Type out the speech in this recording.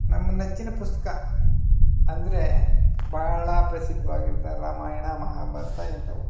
ನಮ್ಮ ನೆಚ್ಚಿನ ಪುಸ್ತಕ ಅಂದರೆ ಬಹಳ ಪ್ರಸಿದ್ಧವಾಗಿದ್ದ ರಾಮಾಯಣ ಮಹಾಭಾರತ ಇಂಥವು